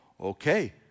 okay